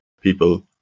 people